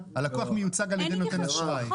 הלקוח מיוצג על ידי נותן השירות.